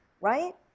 right